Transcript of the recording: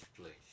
place